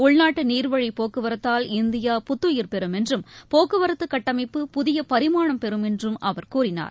உள்நாட்டுநீர்வழிபோக்குவரத்தால் India புத்துயிர் பெறும் என்றும் போக்குவரத்துகட்டமைப்பு புதியபரிமாணம் பெறும் என்றும் அவர் கூறினார்